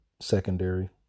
secondary